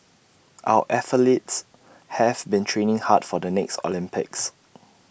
our athletes have been training hard for the next Olympics